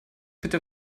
bitte